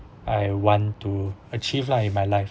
I want to achieve lah in my life